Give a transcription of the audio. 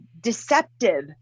deceptive